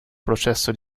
processo